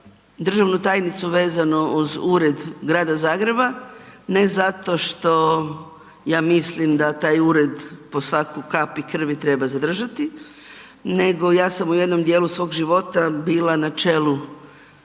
državnu tajnicu vezano uz ured grada Zagreba ne zato što ja mislim da taj ured pod svaku kapi krvi treba zadržati, nego ja sam u jednom djelu svog života bila na čelu